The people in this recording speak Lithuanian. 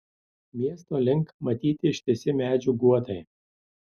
miesto link matyti ištisi medžių guotai